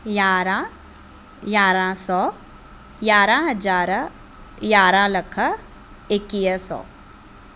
यारहां यारहां सौ यारहां हज़ार यारहां लख एकवीह सौ